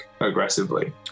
aggressively